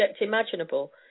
imaginable